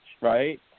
Right